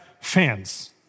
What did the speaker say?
fans